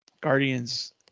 Guardians